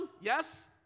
Yes